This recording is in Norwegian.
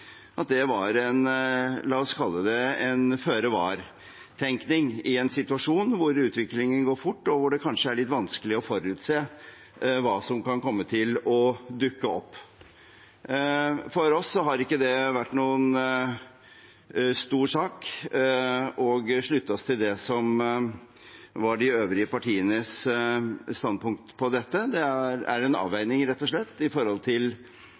at regjeringens invitasjon til også å åpne for en videre adgang til delegasjon for interkommunalt samarbeid var en føre-var-tenkning i en situasjon hvor utviklingen går fort, og hvor det kanskje er litt vanskelig å forutse hva som kan komme til å dukke opp. For oss har det ikke vært noen stor sak å slutte seg til det som var de øvrige partienes standpunkt på dette. Det er en avveining, rett og slett,